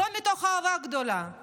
לא מתוך אהבה גדולה,